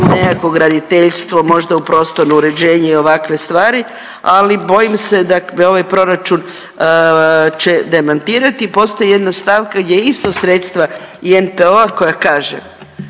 nekakvo graditeljstvo, možda u prostorno uređenje i ovakve stvari, ali bojim se da me ovaj Proračun će demantirati i postoji jedna stavka gdje isto sredstva i NPOO-a koja kaže,